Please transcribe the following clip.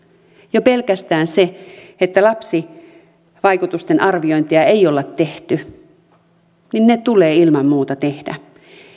jo pelkästään se on puute että lapsivaikutusten arviointia ei olla tehty se tulee ilman muuta tehdä